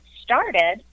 started